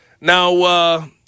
Now –